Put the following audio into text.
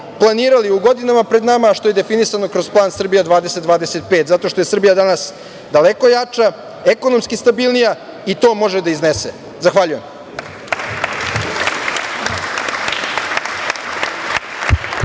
planirali u godinama pred nama, a što je definisano kroz plan Srbija 2025, jer je Srbija danas daleko jača, ekonomski stabilnija, i to može da iznese. Zahvaljujem.